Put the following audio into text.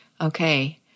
Okay